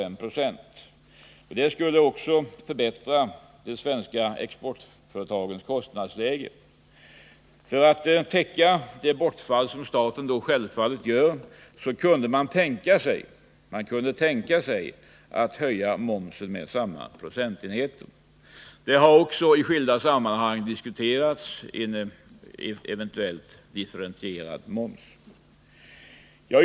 En sådan sänkning skulle också förbättra de svenska exportföretagens kostnadsläge. För att täcka statens inkomstbortfall kunde man tänka sig att höja momsen med samma procentenhet. Frågan om en eventuellt differentierad moms har också diskuterats i skilda sammanhang.